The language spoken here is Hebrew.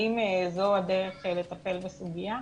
האם זו הדרך לטפל בסוגיה?